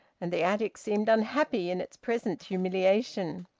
and the attic seemed unhappy in its present humiliation.